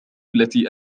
التي